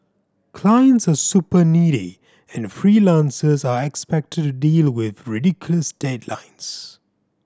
clients are super needy and freelancers are expected to deal with ridiculous deadlines